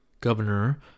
Governor